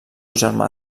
germà